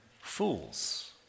fools